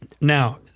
now